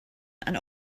and